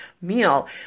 meal